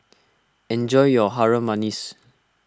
enjoy your Harum Manis